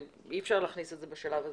אי אפשר להכניס את זה בשלב הזה.